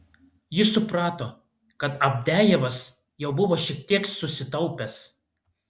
jis suprato kad avdejevas jau buvo šiek tiek susitaupęs